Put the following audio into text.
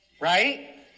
Right